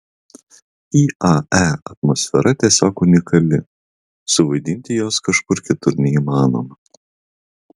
iae atmosfera tiesiog unikali suvaidinti jos kažkur kitur neįmanoma